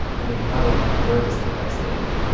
and they huddled nervously backstage.